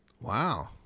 Wow